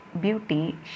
beauty